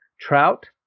Trout